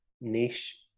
niche